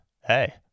hey